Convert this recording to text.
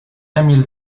emil